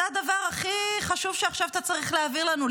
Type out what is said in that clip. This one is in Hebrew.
זה הדבר הכי חשוב שעכשיו אתה צריך להעביר לנו,